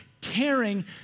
tearing